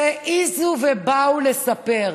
שהעזו ובאו לספר,